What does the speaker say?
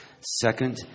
Second